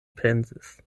pensis